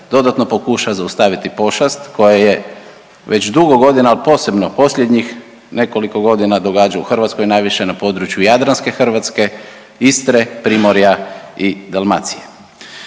dodatno pokuša zaustaviti pošast koja je već dugo godina ali posebno posljednjih nekoliko godina događa u Hrvatskoj najviše na području jadranske Hrvatske, Istre, Primorja i Dalmacije.